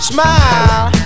Smile